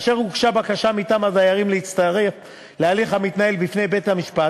והוגשה בקשה מטעם הדיירים להצטרף להליך המתנהל בפני בית-המשפט,